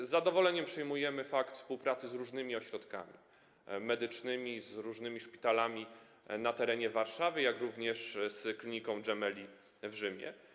Z zadowoleniem przyjmujemy fakt współpracy z różnymi ośrodkami medycznymi, z różnymi szpitalami na terenie Warszawy, jak również z kliniką Gemelli w Rzymie.